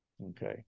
Okay